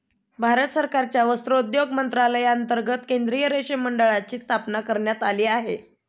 भारत सरकारच्या वस्त्रोद्योग मंत्रालयांतर्गत केंद्रीय रेशीम मंडळाची स्थापना करण्यात आली आहे